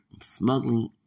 smuggling